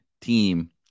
team